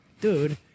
dude